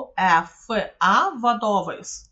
uefa vadovais